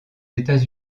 états